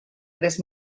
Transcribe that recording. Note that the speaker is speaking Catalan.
tres